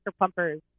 pumpers